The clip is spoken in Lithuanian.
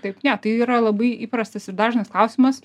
taip ne tai yra labai įprastas ir dažnas klausimas